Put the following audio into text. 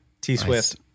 T-Swift